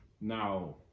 Now